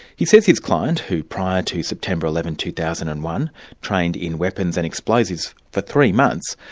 he says his client, who prior to september eleven, two thousand and one trained in weapons and explosives for three months,